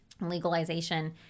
legalization